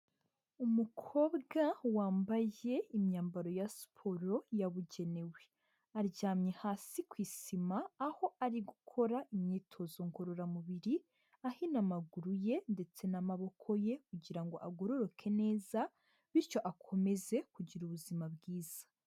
Umukobwa wambaye imyambaro ya siporo yabugenewe. Aryamye hasi ku isima aho ari gukora imyitozo ngororamubiri, ahina amaguru ye ndetse n'amaboko ye kugira ngo agororoke neza, bityo akomeze kugira ubuzima bwiza.